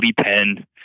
pen